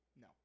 No